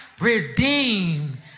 redeemed